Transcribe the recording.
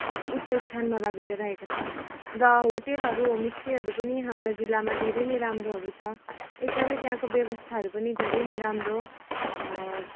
उच्च स्थानमा लगेर राखेको छ र होटेलहरू होमस्टेहरू पनि हाम्रा जिल्लामा धेरै नै राम्रोहरू छ एकदमै त्यहाँको व्यवस्थाहरू पनि धेरै नै राम्रो